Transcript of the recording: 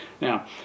Now